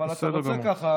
בסדר גמור.